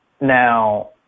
Now